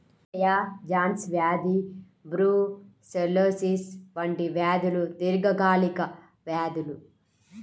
క్షయ, జాన్స్ వ్యాధి బ్రూసెల్లోసిస్ వంటి వ్యాధులు దీర్ఘకాలిక వ్యాధులు